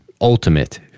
ultimate